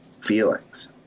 feelings